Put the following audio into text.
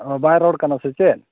ᱚ ᱵᱟᱭ ᱨᱚᱲ ᱠᱟᱱᱟ ᱥᱮ ᱪᱮᱫ